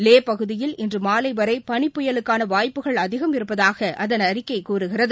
லே பகுதியில் இன்று மாலை வரை பனிப் புயலுக்கான வாய்ப்புகள் அதிகம் இருப்பதாக அதன் அறிக்கை கூறுகிறது